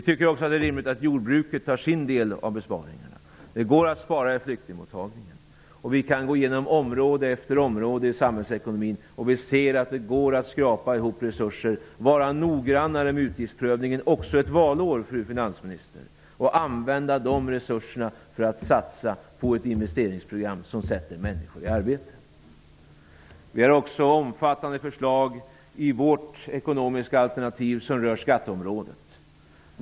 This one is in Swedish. Vi tycker också att det är rimligt att jordbruket tar sin del av besparingarna. Det går dessutom att spara i fråga om flyktingmottagningen. Vi kan gå igenom område efter område i samhällsekonomin och ser då att det går att skrapa ihop resurser och att vara noggrannare vid utgiftsprövningen också ett valår, fru finansminister, för att använda resurserna på satsningar på ett investeringsprogram som sätter människor i arbete. Vidare har vi omfattande förslag i vårt ekonomiska alternativ som rör skatteområdet.